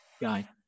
guy